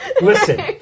listen